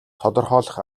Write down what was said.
тодорхойлох